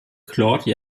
claude